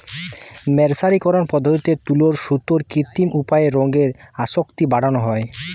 মের্সারিকরন পদ্ধতিতে তুলোর সুতোতে কৃত্রিম উপায়ে রঙের আসক্তি বাড়ানা হয়